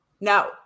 no